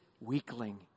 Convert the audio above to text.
weakling